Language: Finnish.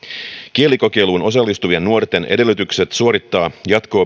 kielikokeiluun osallistuvien nuorten edellytykset suorittaa jatko